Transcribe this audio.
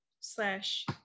slash